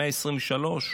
במאה ה-23.